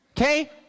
okay